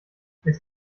ist